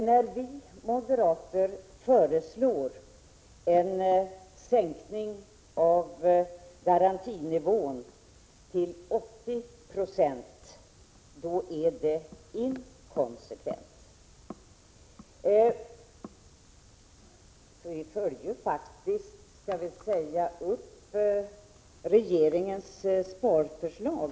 När vi moderater föreslår en sänkning av garantinivån till 80 90, då är det inkonsekvent. Vi följer ju faktiskt upp regeringens sparförslag.